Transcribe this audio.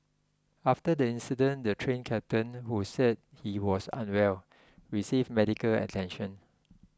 after the incident the Train Captain who said he was unwell received medical attention